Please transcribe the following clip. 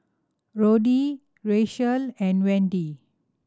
Roddy Racheal and Wendy